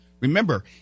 Remember